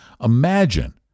Imagine